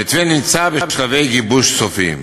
המתווה נמצא בשלבי גיבוש סופיים.